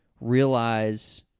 realize